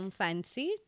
fancy